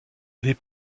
les